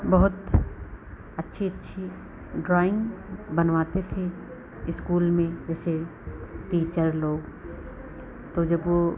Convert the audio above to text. बहुत अच्छी अच्छी ड्राइंग बनवाते थे इस्कूल में जैसे टीचर लोग तो जब वह